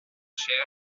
chair